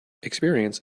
experience